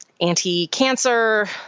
anti-cancer